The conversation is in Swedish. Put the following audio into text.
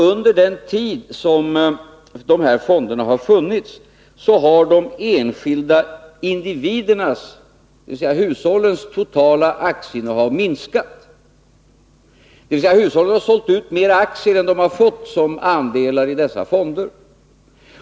Under den tid som fonderna har funnits har nämligen de enskilda individernas, dvs. hushållens, totala aktieinnehav minskat. Hushållen har alltså sålt ut fler aktier än vad som motsvaras av vad de har fått genom andelar i dessa fonder.